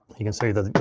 you can see the